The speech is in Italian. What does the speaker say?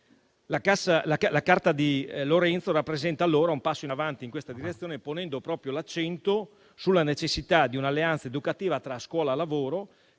La Carta di Lorenzo, rappresenta allora un passo in avanti in questa direzione, ponendo l'accento sulla necessità di un'alleanza educativa tra scuola e lavoro